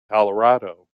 colorado